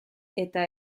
eta